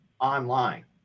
online